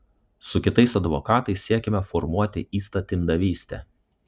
su kitais advokatais siekiame formuoti įstatymdavystę